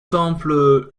temple